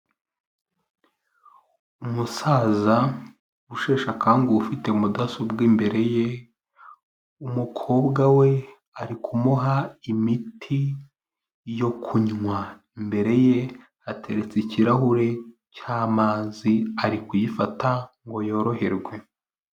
Umusaza usheshe akangu ufite mudasobwa imbere ye, umukobwa we ari kumuha imiti yo kunywa, imbere ye ateretse ikirahure cy'amazi ari kuyifata ngo yoroherwe.